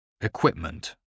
Equipment